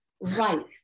Right